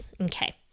okay